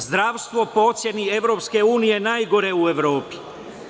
Zdravstvo po oceni EU najgore u Evropi.